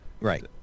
Right